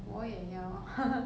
我也要